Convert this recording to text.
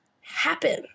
happen